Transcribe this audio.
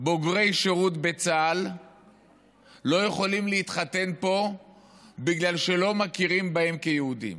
בוגרי שירות בצה"ל לא יכולים להתחתן פה בגלל שלא מכירים בהם כיהודים.